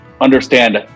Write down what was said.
understand